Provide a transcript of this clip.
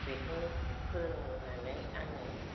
बेखौनो फोरोंनानै आङो